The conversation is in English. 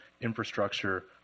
infrastructure